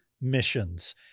missions